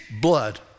Blood